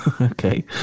Okay